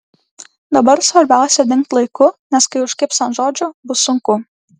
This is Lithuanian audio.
dabar svarbiausia dingt laiku nes kai užkibs ant žodžio bus sunku